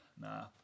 Nah